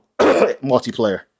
multiplayer